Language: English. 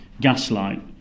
gaslight